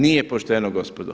Nije pošteno gospodo.